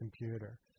computer